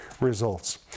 results